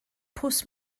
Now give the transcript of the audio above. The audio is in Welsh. pws